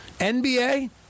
NBA